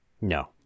No